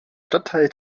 stadtteil